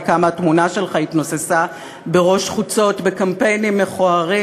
כמה התמונה שלך התנוססה בראש חוצות בקמפיינים מכוערים,